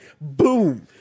Boom